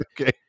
Okay